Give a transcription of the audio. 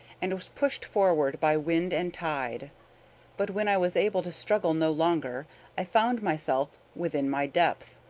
and was pushed forward by wind and tide but when i was able to struggle no longer i found myself within my depth.